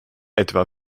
etwa